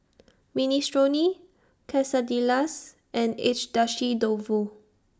Minestrone Quesadillas and Agedashi Dofu